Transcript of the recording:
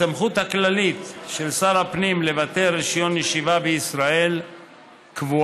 הסמכות הכללית של שר הפנים לבטל רישיון ישיבה בישראל קבועה